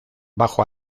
bajo